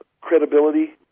credibility